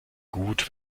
gut